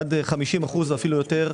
עד 50% ואפילו יותר,